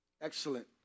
Excellent